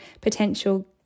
potential